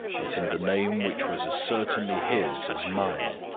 but in the name which was as certainly his as mine,